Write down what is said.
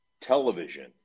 television